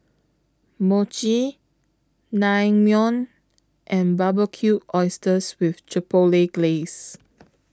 Mochi Naengmyeon and Barbecued Oysters with Chipotle Glaze